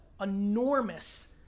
enormous